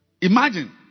imagine